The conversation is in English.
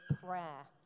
prayer